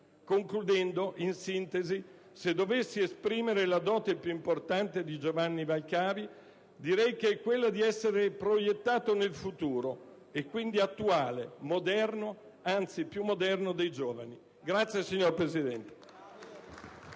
Concludendo, in sintesi, se dovessi esprimere la dote più importante di Giovanni Valcavi direi che è quella di essere proiettato nel futuro e quindi di essere attuale, moderno, anzi più moderno dei giovani. *(Applausi.